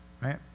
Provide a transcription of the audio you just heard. right